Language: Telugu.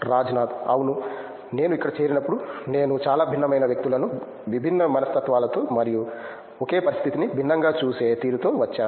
రాజ్నాథ్ అవును నేను ఇక్కడ చేరినప్పుడు నేను చాలా భిన్నమైన వ్యక్తులను విభిన్న మనస్తత్వాలతో మరియు ఒకే పరిస్థితిని భిన్నంగా చూసే తీరుతో వచ్చాను